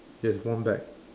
there is one bag